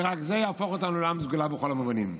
ורק זה יהפוך אותנו לעם סגולה בכל המובנים.